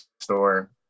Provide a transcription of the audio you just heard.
store